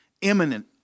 imminent